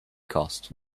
cost